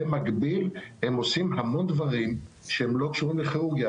במקביל הם עושים המון דברים שהם לא קשורים לכירורגיה,